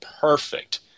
perfect